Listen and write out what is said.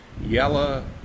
yellow